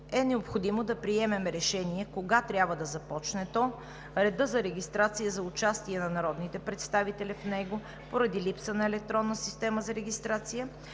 е необходимо да приемем решение кога трябва да започне то, реда за регистрация за участие на народните представители в него, поради липса на електронна система за регистрация,